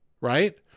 right